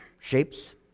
shapes